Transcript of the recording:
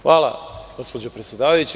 Hvala, gospođo predsedavajuća.